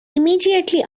immediately